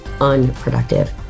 unproductive